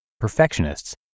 perfectionists